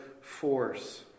force